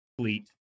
Fleet